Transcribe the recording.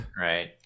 right